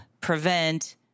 prevent